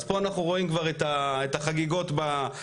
אז פה אנחנו רואים כבר את החגיגות באולפנים